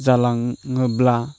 जालाङोब्ला